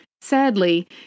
Sadly